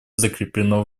закреплено